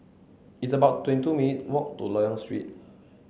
it's about twenty two minutes' walk to Loyang Street